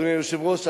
אדוני היושב-ראש,